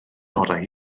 orau